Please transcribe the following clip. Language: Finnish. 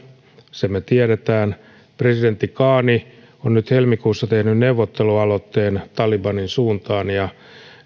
sen me tiedämme presidentti ghani on nyt helmikuussa tehnyt neuvottelualoitteen talibanin suuntaan ja